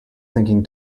thinking